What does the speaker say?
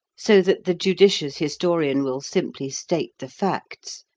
so that the judicious historian will simply state the facts,